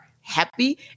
happy